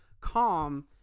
calm